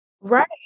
Right